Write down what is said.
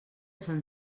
sant